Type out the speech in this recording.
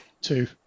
Two